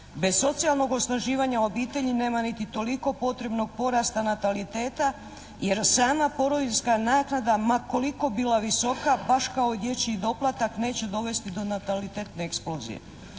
Bez socijalnog osnaživanja obitelji nema niti toliko potrebnog porasta nataliteta, jer sama porodiljska naknada ma koliko bila visoka baš kao dječji doplatak neće dovesti do natalitetne eksplozije.